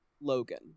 Logan